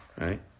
right